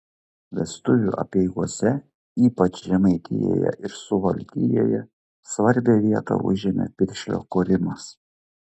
vestuvių apeigose ypač žemaitijoje ir suvalkijoje svarbią vietą užėmė piršlio korimas